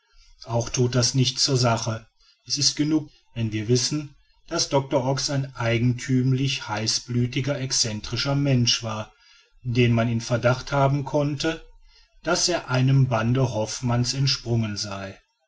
auch thut das nichts zur sache es ist genug wenn wir wissen daß doctor ox ein eigenthümlich heißblütiger excentrischer mensch war den man in verdacht haben konnte daß er einem bande hoffmann's entsprungen sei